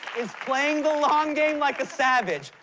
is playing the long game like a savage.